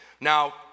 Now